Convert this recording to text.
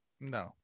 No